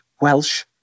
Welsh